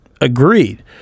Agreed